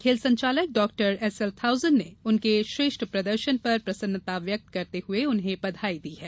खेल संचालक डॉ एसएल थाउसेन ने उनके श्रेष्ठ प्रदर्शन पर प्रसन्नता व्यक्त करते हुए उन्हें बधाई दी है